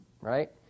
right